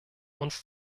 uns